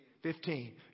Fifteen